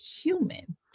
human